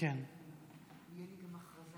(תיקון מס'